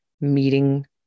meeting